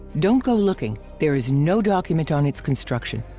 don't go looking! there is no document on its construction.